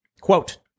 quote